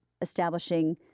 establishing